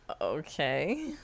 Okay